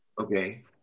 okay